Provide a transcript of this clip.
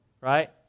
right